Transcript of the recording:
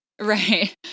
Right